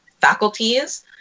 faculties